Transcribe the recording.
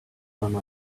time